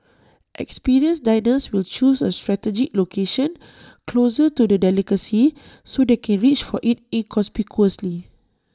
experienced diners will choose A strategic location closer to the delicacy so they can reach for IT inconspicuously